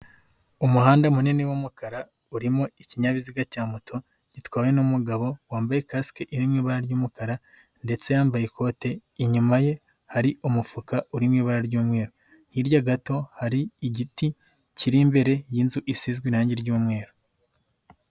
Umuhanda munini w'umukara, urimo ikinyabiziga cya moto gitwawe n'umugabo wambaye kasike iri mu ibara ry'umukara ndetse yambaye ikote, inyuma ye hari umufuka uri mu ibara ry'umweru, hirya gato hari igiti kiri imbere y'inzu isizwe irangi ry'umweru.